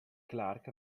clark